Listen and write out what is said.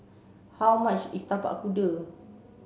how much is Tapak Kuda